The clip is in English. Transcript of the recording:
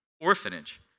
orphanage